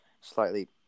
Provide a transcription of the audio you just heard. slightly –